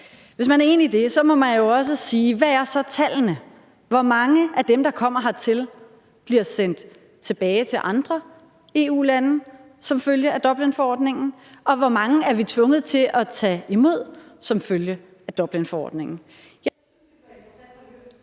Hvis man er enig i det, må man jo også sige: Hvad er så tallene? Hvor mange af dem, der kommer hertil, bliver sendt tilbage til andre EU-lande som følge af Dublinforordningen, og hvor mange er vi tvunget til at tage imod som følge af Dublinforordningen? Jeg synes, det kunne være